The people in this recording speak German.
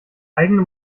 eigene